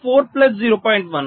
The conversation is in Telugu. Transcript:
4 ప్లస్ 0